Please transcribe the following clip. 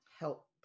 help